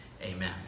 Amen